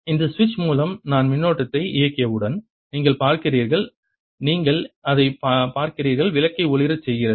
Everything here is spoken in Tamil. இந்த சுவிட்ச் மூலம் நான் மின்னோட்டத்தை இயக்கியவுடன் நீங்கள் பார்க்கிறீர்கள் நீங்கள் அதைப் பார்க்கிறீர்கள் விளக்கை ஒளிரச் செய்கிறது